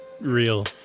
real